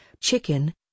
chicken